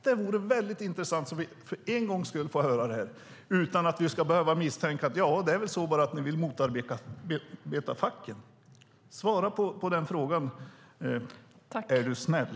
Det vore väldigt intressant att för en gångs skull få höra det utan att vi ska behöva misstänka att det bara är så att ni vill motarbeta facket. Svara på den frågan, är du snäll!